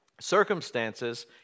Circumstances